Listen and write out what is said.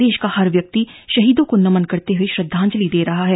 देश का हर व्यक्ति शहीदों को नमन करते हुए श्रद्धांजलि दे रहा है